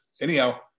Anyhow